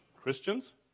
Christians